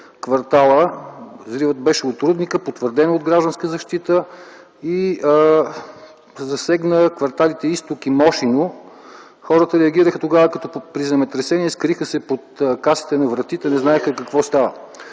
квартала – потвърдено е от „Гражданска защита”, и засегна кварталите „Изток” и „Мошино”. Хората реагираха тогава като при земетресение – скриха се под касите на вратите и не знаеха какво става.